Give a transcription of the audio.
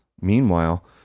Meanwhile